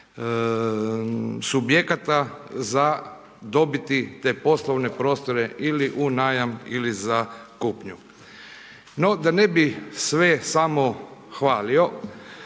subjekata za dobiti te poslovne prostore ili u najam ili za kupnju. No, da ne bi sve samo hvalio